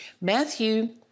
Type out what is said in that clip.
Matthew